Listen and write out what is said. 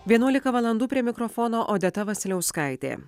vienuolika valandų prie mikrofono odeta vasiliauskaitė